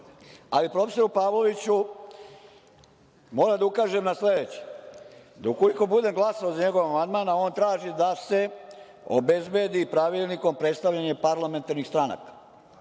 i profesoru Pavloviću moram da ukažem na sledeće, da ukoliko budem glasao za njegov amandman, a on traži da se obezbedi pravilnikom predstavljanje parlamentarnih stranaka.